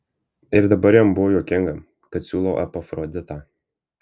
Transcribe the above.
ir dabar jam buvo juokinga kad siūlau epafroditą